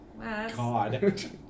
God